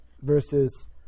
versus